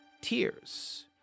tears